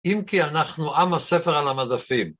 אם כי אנחנו עם הספר על המדפים.